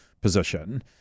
position